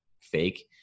fake